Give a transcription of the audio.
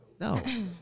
No